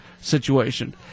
situation